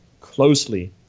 closely